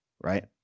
right